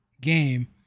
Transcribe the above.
game